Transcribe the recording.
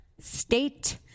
state